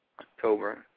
October